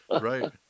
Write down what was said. right